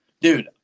Dude